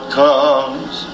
comes